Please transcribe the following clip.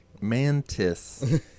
Mantis